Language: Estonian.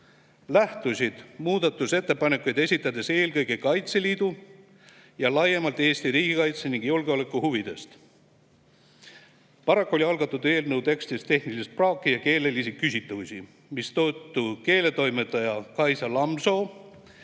lähtusid muudatusettepanekuid esitades eelkõige Kaitseliidu ning laiemalt Eesti riigikaitse ja julgeoleku huvidest. Paraku oli algatatud eelnõu tekstis tehnilist praaki ja keelelisi küsitavusi, mistõttu keeletoimetaja Kaisa Lamsoo